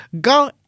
Go